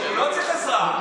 הוא לא צריך עזרה.